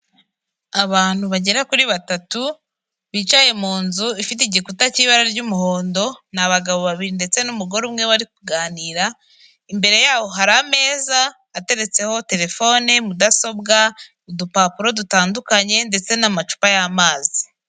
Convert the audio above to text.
Abantu bagera kuri batatu bicaye mu nzu ifite igikuta cy'ibara ry'umuhondo n'abagabo babiri ndetse n'umugore umwe bari kuganira, imbere yaho hari ameza ateretseho terefone, mudasobwa, udupapuro dutandukanye, ndetse n'amacupa y'amazi.